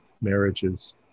marriages